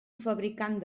fabricant